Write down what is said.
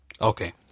Okay